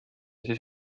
siis